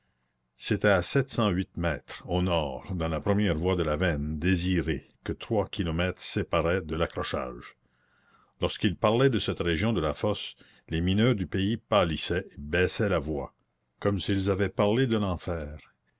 c'était à sept cent huit mètres au nord dans la première voie de la veine désirée que trois kilomètres séparaient de l'accrochage lorsqu'ils parlaient de cette région de la fosse les mineurs du pays pâlissaient et baissaient la voix comme s'ils avaient parlé de l'enfer